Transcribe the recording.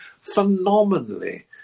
phenomenally